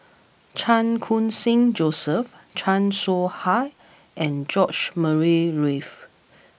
Chan Khun Sing Joseph Chan Soh Ha and George Murray Reith